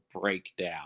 breakdown